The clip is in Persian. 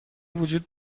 وجود